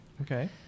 Okay